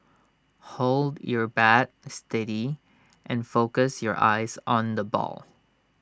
hold your bat steady and focus your eyes on the ball